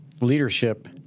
leadership